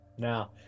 now